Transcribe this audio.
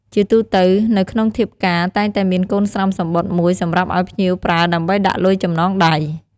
ជាទូទៅ នៅក្នុងធៀបការតែងតែមានកូនស្រោមសំបុត្រមួយសម្រាប់ឱ្យភ្ញៀវប្រើដើម្បីដាក់លុយចំណងដៃ។